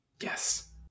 Yes